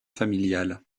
familiale